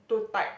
too tight